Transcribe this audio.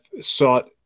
sought